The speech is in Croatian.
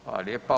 Hvala lijepa.